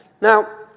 Now